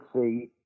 see